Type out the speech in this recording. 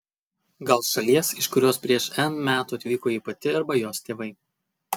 gal šalies iš kurios prieš n metų atvyko ji pati arba jos tėvai